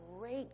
great